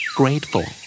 grateful